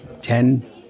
Ten